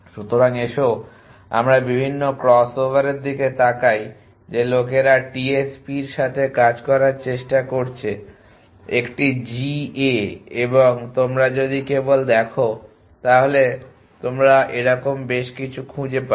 সুতরাং এসো আমরা বিভিন্ন ক্রস ওভারের দিকে তাকাই যে লোকেরা TSP এর সাথে কাজ করার চেষ্টা করেছে একটি GA এবং তোমরা যদি কেবল দেখো তাহলে তোমরা এরকম বেশ কিছু খুঁজে পাবে